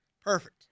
Perfect